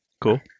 cool